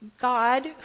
God